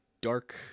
dark